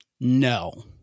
No